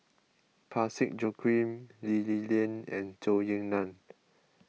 Parsick Joaquim Lee Li Lian and Zhou Ying Nan